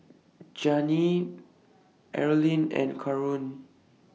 Jeanine Arlene and Karon